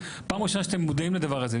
פעם ראשונה שאתם מודעים לדבר הזה.